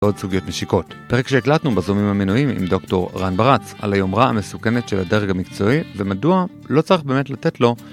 ועוד סוגיות משיקות. פרק שהקלטנו בזומים המינויים עם דוקטור רן ברץ על היומרה המסוכנת של הדרג המקצועי, ומדוע לא צריך באמת לתת לו